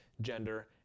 gender